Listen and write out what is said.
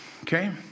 Okay